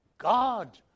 god